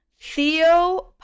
Theo